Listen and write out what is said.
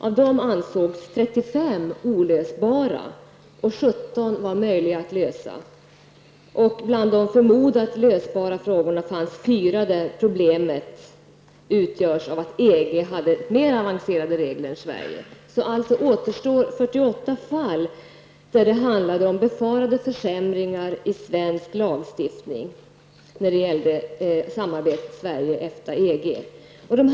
Av dessa punkter ansågs 35 olösbara, och 17 var möjliga att lösa. Bland de förmodat lösbara frågorna fanns 4 där problemet utgjordes av att EG hade mera avancerade regler än Sverige. Det återstår alltså 48 fall där det handlar om befarade försämringar i svensk lagstiftning när det gäller samarbetet Sverige, EFTA och EG.